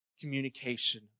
communication